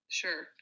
sure